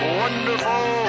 wonderful